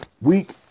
Week